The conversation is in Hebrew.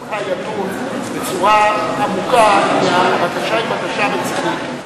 שמשרדך ידון דיון מעמיק אם הבקשה היא בקשה רצינית,